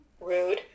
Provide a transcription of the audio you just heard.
rude